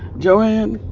joanne,